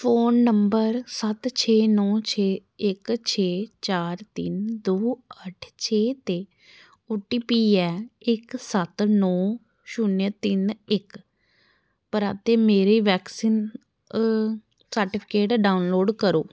phone number सत्त छे नौ छे इक छे चार तिन्न दो अट्ठ छे ते ओ टी पी ऐ इक सत्त नौ शुन्य तिन्न इक परा ते मेरा वैक्सीन सर्टिफिकेट डाउनलोड करो